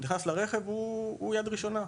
נכנס לרכב הוא יד ראשונה,